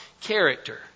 character